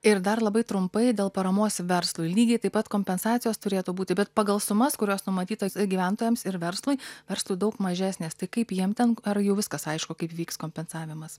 ir dar labai trumpai dėl paramos verslui lygiai taip pat kompensacijos turėtų būti bet pagal sumas kurios numatytos gyventojams ir verslui verslui daug mažesnės tai kaip jiem ten ar jau viskas aišku kaip vyks kompensavimas